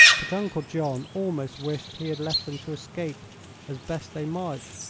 but uncle john almost wished he had left them to escape as best they might,